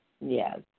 Yes